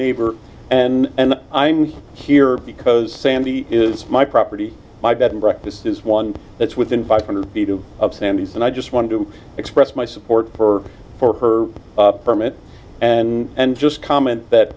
neighbor and i'm here because sandy is my property my bed and breakfast is one that's within five hundred feet of of sandy and i just wanted to express my support for for her permit and just comment that